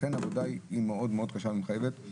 לכן, העבודה היא מאוד קשה ומחייבת.